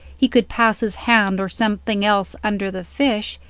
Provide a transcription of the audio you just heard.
he could pass his hand or something else under the fish,